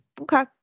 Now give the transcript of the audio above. Okay